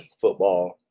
football –